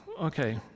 Okay